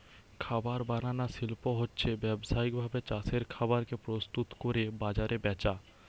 খাবার বানানার শিল্প হচ্ছে ব্যাবসায়িক ভাবে চাষের খাবার কে প্রস্তুত কোরে বাজারে বেচা